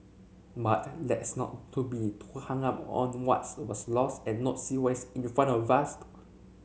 but let's not too be too hung up on what's was lost and not see what is in front of